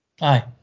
Aye